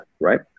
right